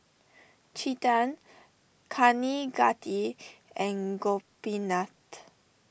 Chetan Kaneganti and Gopinath